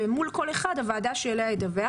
ומול כל אחד הוועדה שאליה ידווח.